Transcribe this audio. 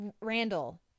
Randall